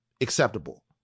acceptable